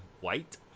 white